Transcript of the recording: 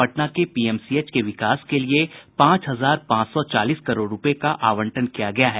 पटना के पीएमसीएच के विकास के लिए पांच हजार पांच सौ चालीस करोड़ रुपये का आवंटन किया गया है